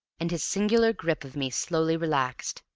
and his singular grip of me slowly relaxed.